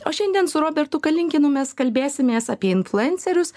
o šiandien su robertu kalinkinu mes kalbėsimės apie influencerius